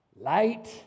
light